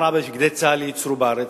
מה רע שאת בגדי צה"ל ייצרו בארץ?